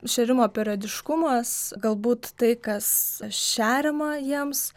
šėrimo periodiškumas galbūt tai kas šeriama jiems